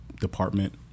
department